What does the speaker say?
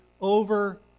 over